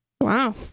Wow